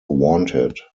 wanted